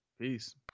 Peace